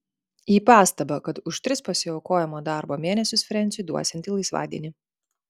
į pastabą kad už tris pasiaukojamo darbo mėnesius frensiui duosianti laisvadienį